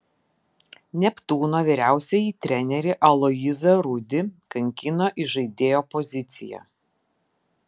neptūno vyriausiąjį trenerį aloyzą rudį kankino įžaidėjo pozicija